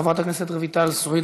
חברת הכנסת רויטל סויד,